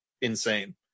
insane